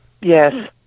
yes